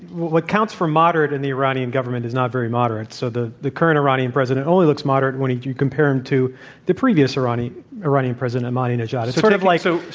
what counts for moderate in the iranian government is not very moderate. so, the the current iranian president only looks moderate when you compare him to the previous iranian iranian president, ahmadinejad. it's sort of like so,